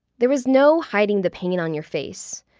there was no hiding the pain on your face.